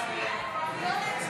הסתייגות 63 לחלופין א לא נתקבלה.